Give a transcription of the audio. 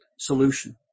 solution